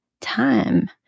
Time